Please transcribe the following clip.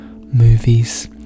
movies